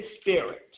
spirit